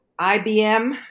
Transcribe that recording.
IBM